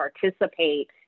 participate